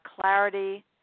clarity